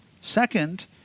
Second